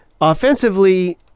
offensively